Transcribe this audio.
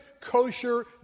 kosher